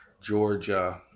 Georgia